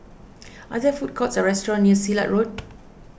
are there food courts or restaurants near Silat Road